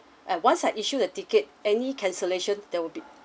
and once I'd issued the ticket any cancellation that will be